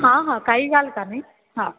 हा हा काई ॻाल्हि काने हा